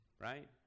right